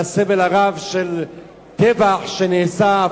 והסבל הרב בטבח שנעשה,